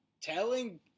telling